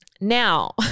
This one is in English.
Now